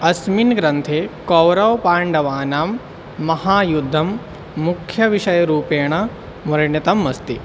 अस्मिन् ग्रन्थे कौरवपाण्डवानां महायुद्धं मुख्यविषयरूपेण वर्णितम् अस्ति